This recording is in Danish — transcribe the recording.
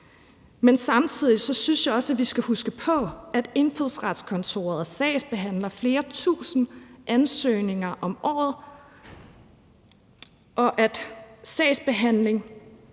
Men samtidig synes jeg også, vi skal huske på, at Indfødsretskontoret sagsbehandler flere tusinde ansøgninger om året, og at sagsbehandling